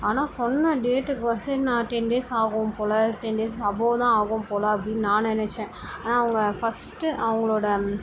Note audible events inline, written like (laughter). ஆனால் சொன்ன டேட்டுக்கு (unintelligible) நான் டென் டேஸ் ஆகும்போல் டென் டேஸ்க்கு அபோவ் தான் ஆகும் போல் அப்படின்னு நான் நினச்சேன் அவங்க ஃபர்ஸ்ட்டு அவங்களோட